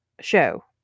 show